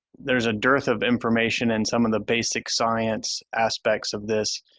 there's a dearth of information in some of the basic science aspects of this.